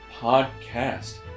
podcast